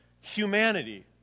humanity